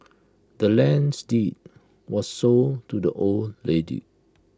the land's deed was sold to the old lady